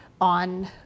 on